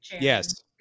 yes